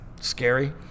Scary